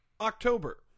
October